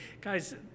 guys